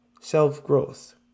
self-growth